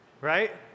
right